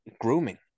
grooming